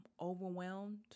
overwhelmed